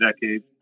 decades